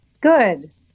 Good